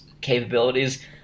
capabilities